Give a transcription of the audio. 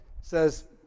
says